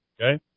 okay